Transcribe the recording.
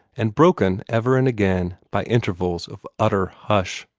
and broken ever and again by intervals of utter hush.